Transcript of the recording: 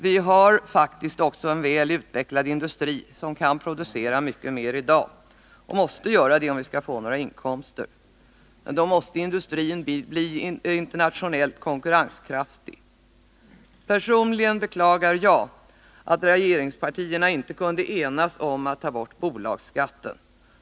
Vi har faktiskt också en väl utvecklad industri, som kan producera mycket mer än i dag — och måste göra det, om vi skall få några inkomster. Men då måste industrin bli internationellt konkurrenskraftig. Personligen beklagar jag att regeringspartierna inte kunde enas om att ta bort bolagsskatten.